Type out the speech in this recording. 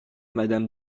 madame